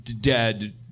dead